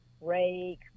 rake